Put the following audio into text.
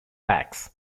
backs